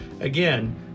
Again